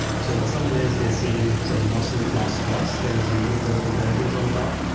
so in some ways they seem sort of muscle plus plus. there's a little bit of intelligence on top.